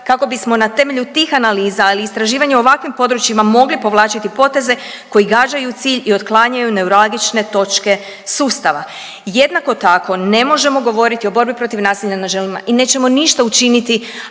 kako bismo na temelju tih analiza, ali i istraživanja u ovakvim područjima mogli povlačiti poteze koji gađaju cilj i otklanjaju neuralgične točke sustava. Jednako tako ne možemo govoriti o borbi protiv nasilja nad ženama i nećemo ništa učiniti